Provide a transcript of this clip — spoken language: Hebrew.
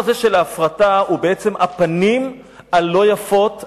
הוא בעצם הפנים הלא-יפות,